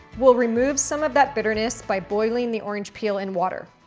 we'll remove some of that bitterness by boiling the orange peel in water.